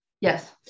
Yes